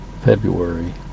February